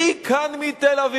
מי כאן מתל-אביב?